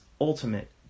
ultimate